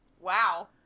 Wow